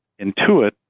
intuit